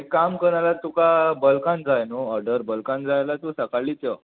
एक काम करना तुका बल्कान जाय न्हू ऑर्डर बल्कान जाय जाल्यार तूं सकाळींच यो